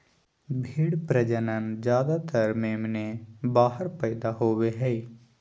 भेड़ प्रजनन ज्यादातर मेमने बाहर पैदा होवे हइ